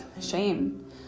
shame